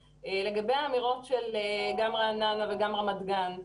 לגבי האמירות גם של רעננה וגם של רמת גן.